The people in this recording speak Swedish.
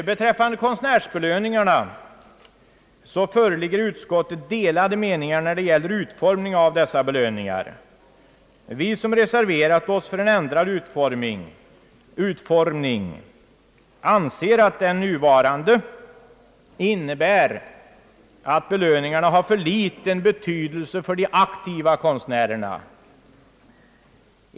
Beträffande = konstnärsbelöningarna föreligger i utskottet delade meningar om utformningen av dessa. Vi som reserverat oss för en ändrad utformning anser att den nuvarande utformningen innebär att belöningarna får för liten betydelse för de aktiva konstnärerna.